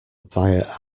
via